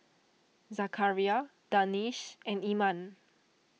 Zakaria Danish and Iman